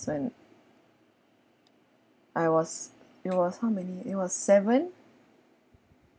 when I was it was how many it was seven